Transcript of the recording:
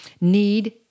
need